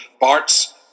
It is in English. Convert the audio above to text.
barts